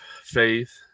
faith